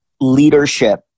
leadership